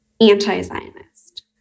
anti-Zionist